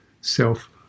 self